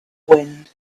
wind